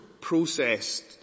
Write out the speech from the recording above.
processed